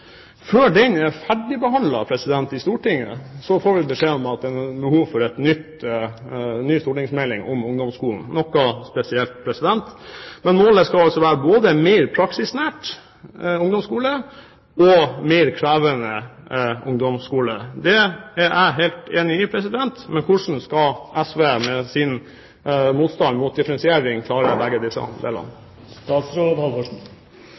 Før den er ferdigbehandlet i Stortinget, får vi beskjed om at det er behov for en ny stortingsmelding om ungdomsskolen – det er noe spesielt. Men målet skal være både en mer praksisnær ungdomsskole og en mer krevende ungdomsskole. Det er jeg helt enig i. Men hvordan skal SV med sin motstand mot differensiering klare begge disse